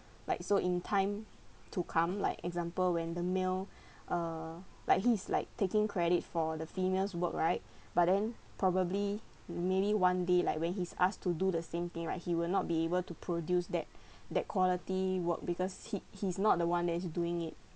like so in time to come like example when the male uh like he's like taking credit for the female's work right but then probably maybe one day like when he's asked to do the same thing right he will not be able to produce that that quality work because he he's not the one that is doing it